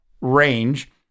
range